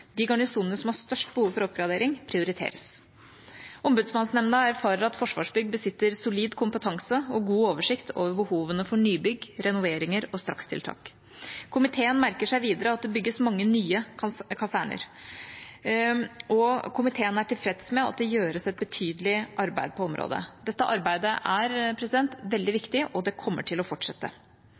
De garnisonene som har størst behov for oppgradering, prioriteres. Ombudsmannsnemnda erfarer at Forsvarsbygg besitter solid kompetanse og god oversikt over behovene for nybygg, renoveringer og strakstiltak. Komiteen merker seg videre at det bygges mange nye kaserner, og komiteen er tilfreds med at det gjøres et betydelig arbeid på området. Dette arbeidet er veldig viktig, og det kommer til å fortsette.